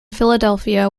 philadelphia